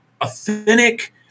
authentic